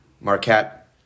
Marquette